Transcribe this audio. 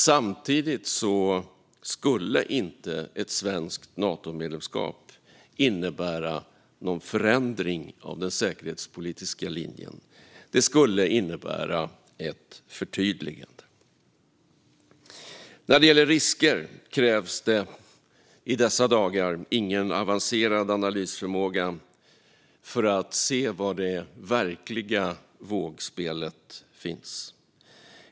Samtidigt skulle inte ett svenskt Natomedlemskap innebära någon förändring av den säkerhetspolitiska linjen. Det skulle innebära ett förtydligande. När det gäller risker krävs det i dessa dagar ingen avancerad analysförmåga för att se var det verkliga vågspelet finns.